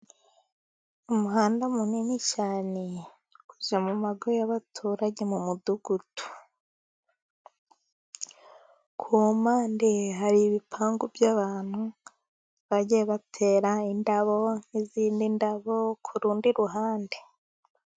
Umuhanda munini cyane ujya mu ngo z'abaturage mu mudugu, ku mpande hari ibipangu by'abantu bagiye batera indabo nk'izindi ndabo ku rundi ruhande.